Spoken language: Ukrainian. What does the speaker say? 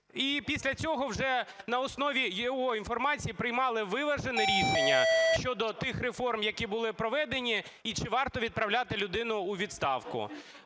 після цього вже на основі його інформації приймали виважене рішення щодо тих реформ, які були проведені і чи варто відправляти людину у відставку.